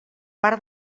part